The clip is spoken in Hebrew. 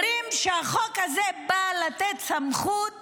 אומרים שהחוק הזה בא לתת סמכות